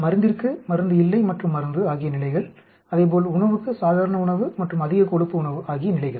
மருந்திற்கு மருந்து இல்லை மற்றும் மருந்து ஆகிய நிலைகள் அதேபோல் உணவுக்கு சாதாரண உணவு மற்றும் அதிக கொழுப்பு உணவு ஆகிய நிலைகள்